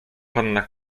panna